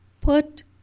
put